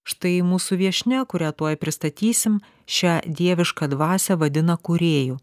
štai mūsų viešnia kurią tuoj pristatysim šią dievišką dvasią vadina kūrėju